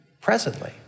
presently